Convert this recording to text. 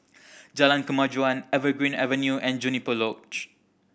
Jalan Kemajuan Evergreen Avenue and Juniper Lodge